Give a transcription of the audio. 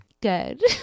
good